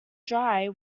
dry